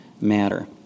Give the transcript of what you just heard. matter